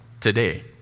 today